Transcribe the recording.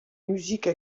musiques